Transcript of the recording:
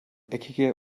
eckige